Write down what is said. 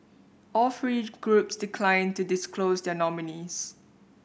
all three groups declined to disclose their nominees